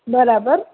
બરાબર